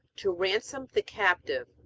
to ransom the captive,